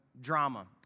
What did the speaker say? drama